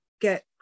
get